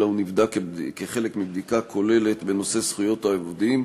אלא הוא נבדק כחלק מבדיקה כוללת בנושא זכויות העובדים,